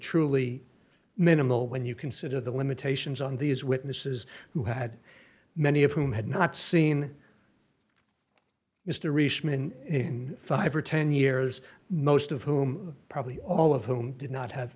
truly minimal when you consider the limitations on these witnesses who had many of whom had not seen mr rhys min in five or ten years most of whom probably all of whom did not have